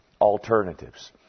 alternatives